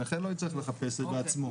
הנכה לא יצטרך לחפש בעצמו.